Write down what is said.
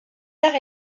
arts